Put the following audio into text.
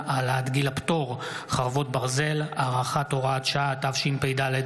(הציונות הדתית): 12 בועז טופורובסקי (יש עתיד):